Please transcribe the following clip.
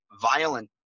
violent